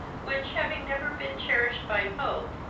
which, having never been cherished by hope,